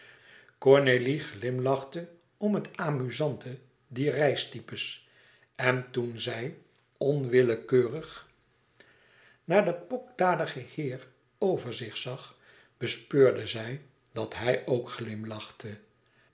cornélie glimlachte om het amuzante dier reistypes en toen zij onwillekeurig naar den pokdaligen heer over zich zag bespeurde zij dat hij ook glimlachte